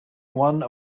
one